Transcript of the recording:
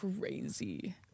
crazy